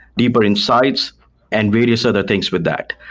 deeper insights and various other things with that.